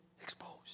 exposed